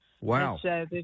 Wow